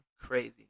crazy